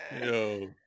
yo